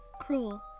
cruel